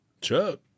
Chuck